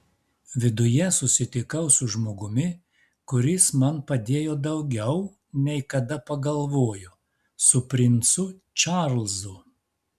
viduje susitikau su žmogumi kuris man padėjo daugiau nei kada pagalvojo su princu čarlzu